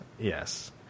yes